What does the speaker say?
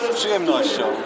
przyjemnością